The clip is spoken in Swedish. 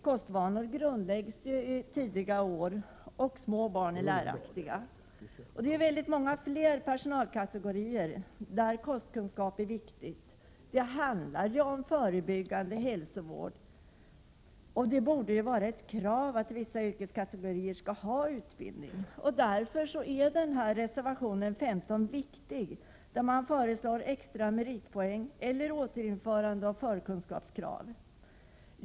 Kostvanor grundläggs i tidiga år, och små barn är läraktiga. Kostkunskap är viktig också för många fler personalkategorier. I sammanhang där förebyggande hälsovård är viktig borde det vara ett krav att vissa yrkeskategorier skall ha utbildning i kostkunskap. Därför är reservation 15, där extra meritpoäng eller återinförande av förkunskapskrav i detta sammanhang föreslås, viktig.